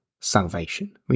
salvation